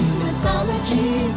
mythology